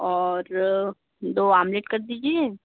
और दो आमलेट कर दीजिए